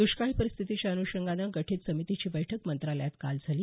दुष्काळी परिस्थितीच्या अनुषंगाने गठीत समितीची बैठक मंत्रालयात काल झाली